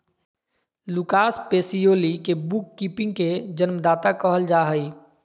Lucas Pacioli के bookkeeping के जन्मदाता कहल जा हइ